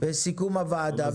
בסיכום הוועדה,